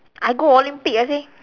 I go olympic ah seh